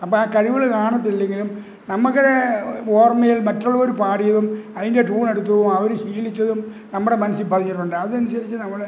അപ്പോള് ആ കഴിവുകള് കാണത്തില്ലെങ്കിലും നമ്മക്കടെ ഓർമ്മയിൽ മറ്റുള്ളവര് പാടിയതും അതിന്റെ ടൂണെടുത്തതും അവര് ശീലിച്ചതും നമ്മുടെ മനസ്സില് പതിഞ്ഞിട്ടൊണ്ട് അതിനനുസരിച്ച് നമ്മള്